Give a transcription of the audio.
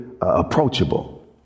approachable